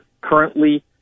currently